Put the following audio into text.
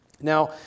now